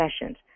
sessions